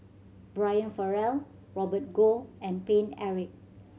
Brian Farrell Robert Goh and Paine Eric